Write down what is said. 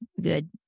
good